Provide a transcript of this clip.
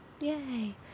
Yay